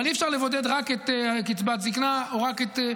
אבל אי-אפשר לבודד רק את קצבת זקנה או רק את,